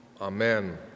Amen